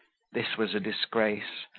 this was a disgrace,